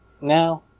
Now